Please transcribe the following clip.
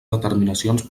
determinacions